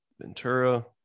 Ventura